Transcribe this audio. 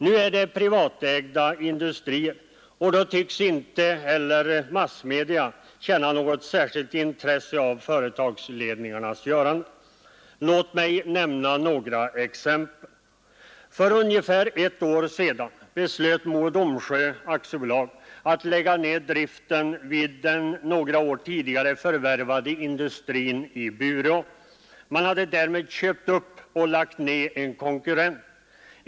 Nu är det privatägda industrier, och då tycks inte heller massmedia vara särskilt intresserade av företagsledningarnas göranden. Jag skall nämna några exempel. För ungefär ett år sedan beslöt Mo & Domsjö AB att lägga ned driften vid den några år tidigare förvärvade industrin i Bureå. Man hade därmed köpt upp och lagt ned en konkurrent.